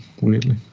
weirdly